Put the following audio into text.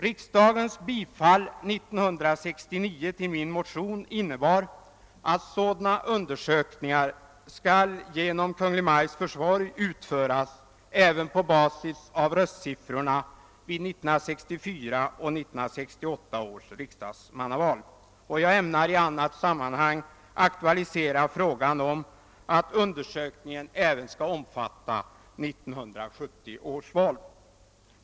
Riksdagens bifall 1969 till min motion innebar att sådana undersökningar genom Kungl. Maj:ts försorg skall utföras på basis även av röstsiffrorna vid 1964 och 1968 års riksdagsmannaval, och jag ämnar i annat sammanhang aktualisera frågan om att undersökningen även skall omfatta 1970 års val.